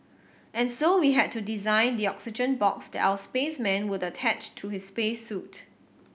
and so we had to design the oxygen box that our spaceman would attach to his space suit